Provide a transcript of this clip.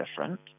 different